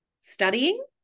studying